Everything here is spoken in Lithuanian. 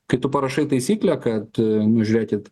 kai tu parašai taisyklę kad nu žiūrėkit